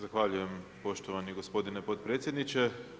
Zahvaljujem poštovani gospodine potpredsjedniče.